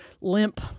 limp